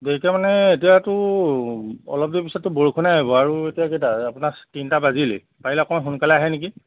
দেৰিকৈ মানে এতিয়াতো অলপ দেৰি পিছততো বৰষুণেই আহিব আৰু এতিয়া কেইটা এই আপোনাৰ তিনিটা বাজিলেই পাৰিলে অকণমান সোনকালে আহে নেকি